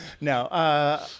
No